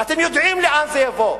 ואתם יודעים לאן זה יבוא,